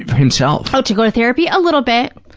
himself. oh, to go to therapy? a little bit.